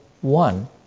one